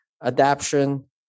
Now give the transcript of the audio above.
adaption